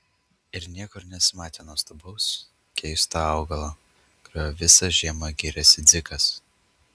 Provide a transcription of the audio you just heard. ir niekur nesimatė nuostabaus keisto augalo kuriuo visą žiemą gyrėsi dzikas